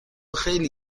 خیلی